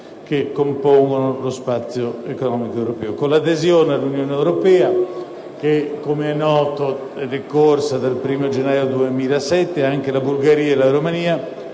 che compongono l'Accordo sullo Spazio economico europeo. Con l'adesione all'Unione europea che, come è noto, è decorsa dal primo gennaio 2007, anche la Bulgaria e la Romania